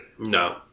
No